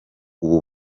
ubu